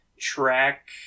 track